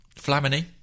Flamini